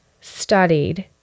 studied